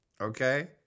okay